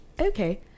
Okay